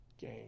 game